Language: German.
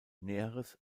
näheres